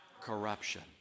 corruption